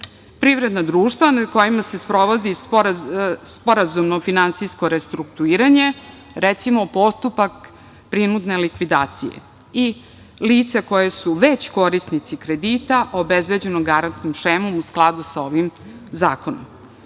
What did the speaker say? privredna društva nad kojima se sprovodi sporazumno finansijsko restrukturiranje, recimo, postupak prinudne likvidacije i lica koja su već korisnici kredita obezbeđnog garantnom šemom u skladu sa ovim zakonom. Lica